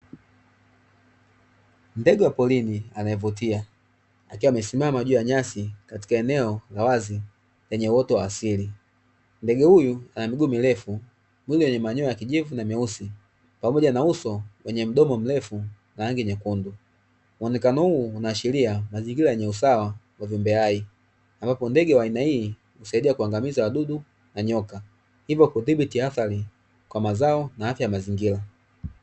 Ndege wa porini anayevutia akiwa amesimama juu ya nyasi katika eneo la wazi lenye uoto wa asili. Ndege huyu ana miguu mirefu, mwili wenye manyoya ya kijivu na meusi, pamoja na uso wenye mdomo mrefu na rangi nyekundu. Muonekano huu, unaashiria mazingira yenye usawa wa viumbe hai, ambapo ndege wa aina hii husaidia kuangamiza wadudu na nyoka, hivyo kudhibiti athari kwa mazao na afya ya mazingira.